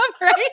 right